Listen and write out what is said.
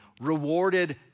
rewarded